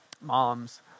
Moms